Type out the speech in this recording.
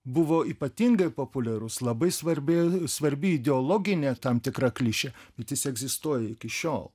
buvo ypatingai populiarus labai svarbi svarbi ideologinė tam tikra klišė bet jis egzistuoja iki šiol